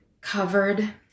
covered